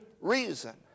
reason